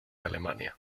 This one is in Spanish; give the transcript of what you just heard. alemania